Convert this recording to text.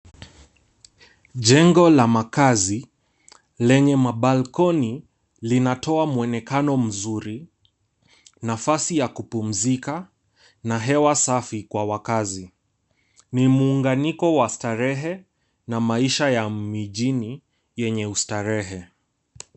Jengo la makazi lenye mabalkoni, linatoa mwonekano mzuri, nafasi ya kupumzika na hewa safi kwa wakaazi. Ni muunganyiko wa starehe na maisha ya mijini yenye ustarehe.